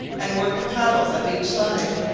and work the paddles at each side.